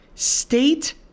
State